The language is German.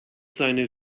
seine